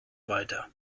weiter